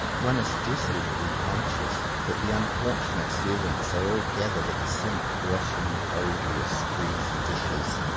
one is desolately conscious that the unfortunate servants are all gathered at the sink, washing odious greasy dishes.